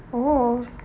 oh